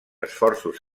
esforços